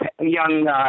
young